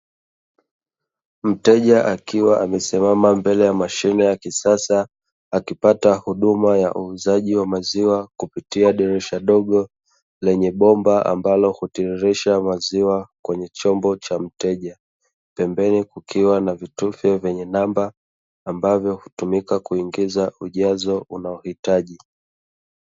Mteja akiwa amesimama mbele ya mashine ya kisasa akipata huduma ya uuzaji wa maziwa kupitia dirisha dogo, lenye bomba ambalo hutiririsha maziwa kwenye chombo cha mteja. Pembeni kukiwa na vitufe vyenye namba ambavyo hutumika kuingiza ujazo unaohitaji.